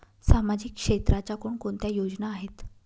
सामाजिक क्षेत्राच्या कोणकोणत्या योजना आहेत?